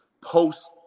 post